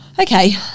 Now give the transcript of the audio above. Okay